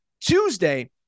Tuesday